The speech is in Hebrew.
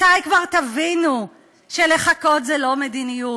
מתי כבר תבינו שלחכות זה לא מדיניות?